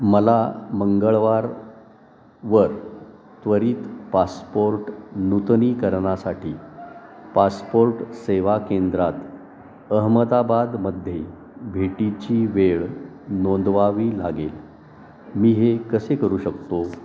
मला मंगळवारवर त्ववरित पासपोर्ट नूतनीकरणासाठी पासपोर्ट सेवा केंद्रात अहमदाबादमध्ये भेटीची वेळ नोंदवावी लागेल मी हे कसे करू शकतो